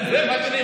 זה מה שנאמר.